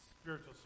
spiritual